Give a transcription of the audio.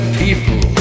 people